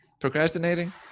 procrastinating